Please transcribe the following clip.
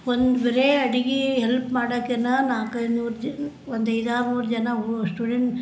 ಒಂದು ಬರೀ ಅಡಿದೆ ಹೆಲ್ಪ್ ಮಾಡಕ್ಕೆ ನಾಲ್ಕೈದು ಮೂರು ಜನ ಒಂದು ಐದು ಆರು ಮೂರು ಜನ ಸ್ಟೂಡೆಂಟ್